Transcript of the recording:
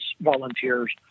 volunteers